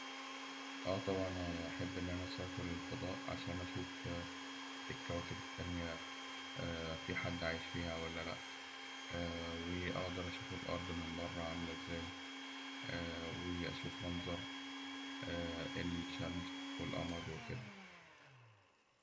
أه طبعاً هأحب إن أنا أسافر الفضاء عشان أشوف الكواكب التانية فيه حد عايش فيها ولا لأ؟ وأقدر أشوف الأرض من برا عاملة إزاي؟ وأشوف منظر الشمس والقمر وكده.